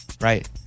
right